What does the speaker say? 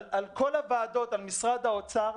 על משרד האוצר,